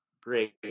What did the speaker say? Great